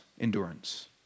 endurance